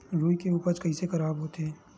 रुई के उपज कइसे खराब होथे?